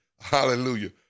Hallelujah